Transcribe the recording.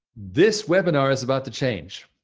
this webinar is about to change.